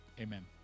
amen